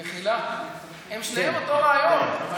מחילה, הם שניהם באותו רעיון.